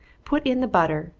put in the butter,